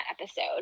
episode